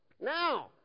now